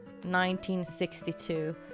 1962